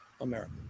America